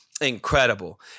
incredible